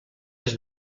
les